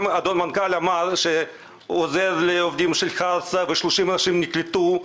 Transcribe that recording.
המנכ"ל אמר שהוא עוזר לעובדים של חרסה וש-30 אנשים נקלטו.